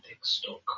stock